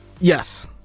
Yes